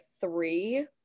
three